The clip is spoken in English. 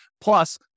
Plus